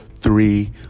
three